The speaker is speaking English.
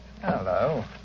Hello